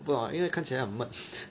不懂 lah 因为看起来很闷